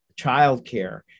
childcare